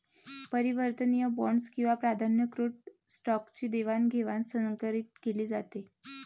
परिवर्तनीय बॉण्ड्स किंवा प्राधान्यकृत स्टॉकची देवाणघेवाण संकरीत केली जाते